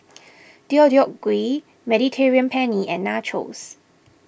Deodeok Gui Mediterranean Penne and Nachos